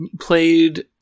played